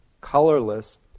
colorless